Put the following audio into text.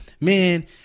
man